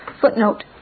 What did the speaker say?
Footnote